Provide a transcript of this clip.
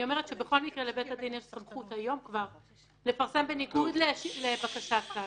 בכל מקרה לבית הדין יש סמכות היום כבר לפרסם בניגוד לבקשת צד.